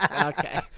Okay